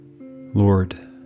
Lord